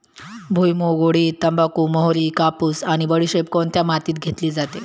भुईमूग, उडीद, तंबाखू, मोहरी, कापूस आणि बडीशेप कोणत्या मातीत घेतली जाते?